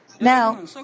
Now